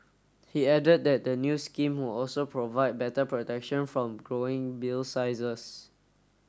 he added that the new scheme will also provide better protection from growing bill sizes